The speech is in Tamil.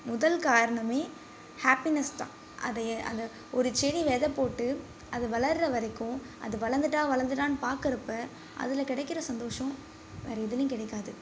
முதல் காரணமே ஹாப்பினஸ் தான் அதை அத ஒரு செடி வெதை போட்டு அது வளருற வரைக்கும் அது வளர்ந்துட்டா வளர்ந்துட்டானு பார்க்குறப்ப அதில் கிடைக்குற சந்தோஷம் வேறே எதுலேயும் கிடைக்காது